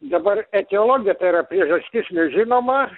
dabar etiologija tai yra priežastis nežinoma